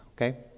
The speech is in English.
okay